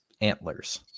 antlers